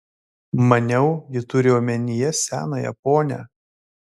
maniau ji turi omenyje senąją ponią